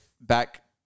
back